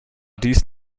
dies